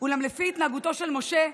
אולם לפי התנהגותו של משה,